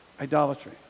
Idolatry